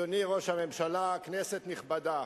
אדוני ראש הממשלה, כנסת נכבדה,